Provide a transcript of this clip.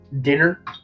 dinner